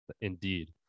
indeed